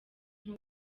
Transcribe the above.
nko